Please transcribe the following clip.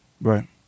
Right